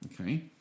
okay